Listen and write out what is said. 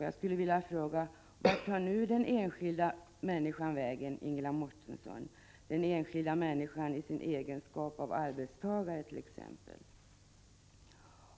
Jag skulle vilja fråga: Vart tar nu den enskilda människan vägen, Ingela Mårtensson, den enskilda människan i sin egenskap av arbetstagare t.ex.?